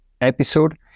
episode